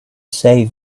save